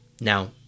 Now